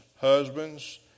husbands